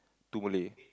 two Malay